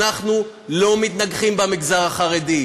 אנחנו לא מתנגחים במגזר החרדי,